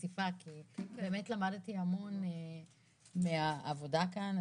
באמת למדתי המון מהעבודה כאן.